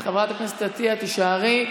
חברת הכנסת עטייה, תישארי.